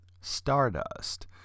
Stardust